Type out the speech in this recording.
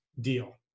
deal